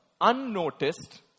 unnoticed